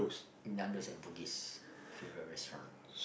Nando's at Bugis favourite restaurant